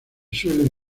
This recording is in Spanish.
suelen